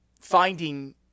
finding